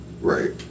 Right